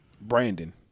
Brandon